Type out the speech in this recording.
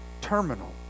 terminal